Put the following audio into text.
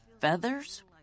feathers